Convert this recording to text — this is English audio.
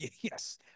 Yes